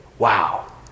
Wow